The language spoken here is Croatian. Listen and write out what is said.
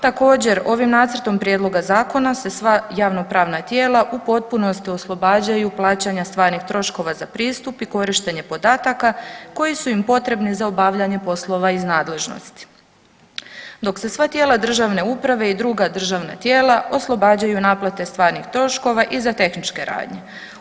Također ovim nacrtom prijedloga zakona se sva javnopravna tijela u potpunosti oslobađaju plaćanja stvarnih troškova za pristup i korištenje podataka koji su im potrebni za obavljanje poslova iz nadležnosti, dok se sva tijela državne uprave i druga državna tijela oslobađaju naplate stvarnih troškova i za tehničke radnje.